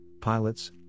pilots